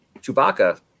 Chewbacca